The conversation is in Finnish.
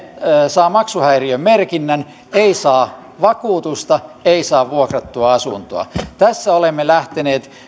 saa maksuhäiriömerkinnän ei saa vakuutusta ei saa vuokrattua asuntoa niin tässä olemme lähteneet